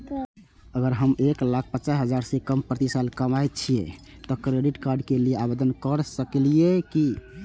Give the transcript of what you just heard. अगर हम एक लाख पचास हजार से कम प्रति साल कमाय छियै त क्रेडिट कार्ड के लिये आवेदन कर सकलियै की?